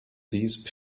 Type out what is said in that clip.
these